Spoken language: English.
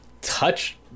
touch